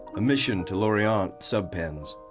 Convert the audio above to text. a mission to lorient sub pens.